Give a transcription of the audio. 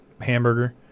hamburger